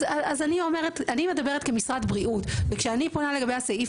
אז אני מדברת כמשרד בריאות וכשאני פונה לגבי הסעיף